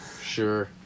Sure